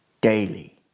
daily